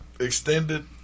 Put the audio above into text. extended